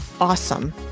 awesome